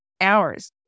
hours